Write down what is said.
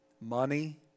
Money